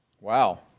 Wow